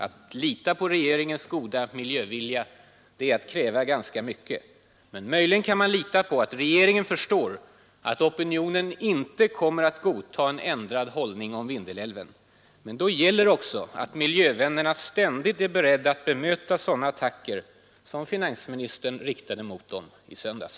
Att lita på regeringens goda miljövilja det är att kräva ganska mycket. Möjligen kan man lita på att regeringen förstår att opinionen inte kommer att godta en ändrad hållning i fråga om Vindelälven. Men då gäller det också att miljövännerna ständigt är beredda att bemöta sådana attacker som finansministern riktade mot dem i söndags.